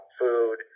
food